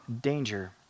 danger